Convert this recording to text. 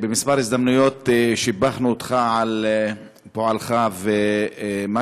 בכמה הזדמנויות שיבחנו אותך על פועלך ועל מה